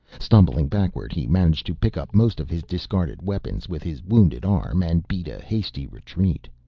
stumbling backward he managed to pick up most of his discarded weapons with his wounded arm and beat a hasty retreat.